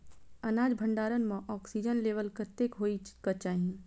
अनाज भण्डारण म ऑक्सीजन लेवल कतेक होइ कऽ चाहि?